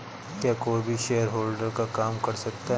क्या कोई भी शेयरहोल्डर का काम कर सकता है?